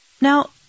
Now